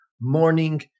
morning